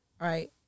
right